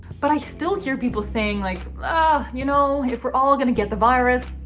but i still hear people saying like ah you know, if we're all gonna get the virus,